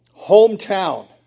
hometown